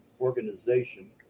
organization